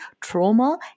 trauma